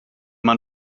man